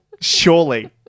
Surely